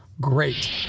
great